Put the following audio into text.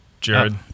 Jared